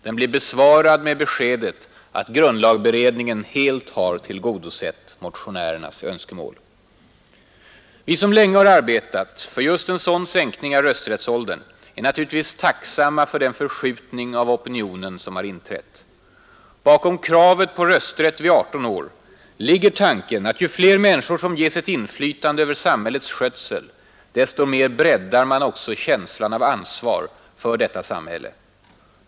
Den blir besvarad med beskedet att grundlagberedningen helt har tillgodosett motionärernas önskemål. Vi som länge har arbetat för just en sådan sänkning av rösträttsåldern är naturligtvis tacksamma för den förskjutning av opinionen som har inträtt. Bakom kravet på rösträtt vid 18 år ligger tanken att ju fler människor som ges ett inflytande över samhällets skötsel desto mer breddar man också känslan av ansvar för detta samhälle.